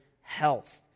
health